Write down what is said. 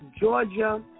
Georgia